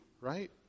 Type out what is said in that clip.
right